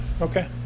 Okay